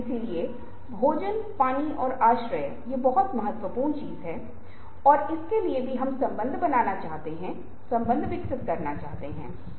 इसलिए कुछ सिद्धांत जो मैं यहां पर बना रहा हूं कई सिद्धांतकारों द्वारा विकसित विचारों के आधार पर जो दृश्य संस्कृति के बारे में बात करते हैं इस अवधारणा में से कुछ हम बस जल्दी से स्पर्श करेंगे और देखते हैं कि वे हमें अपने बारे में क्या बताते हैं